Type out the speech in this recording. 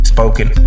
Spoken